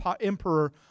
emperor